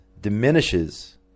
diminishes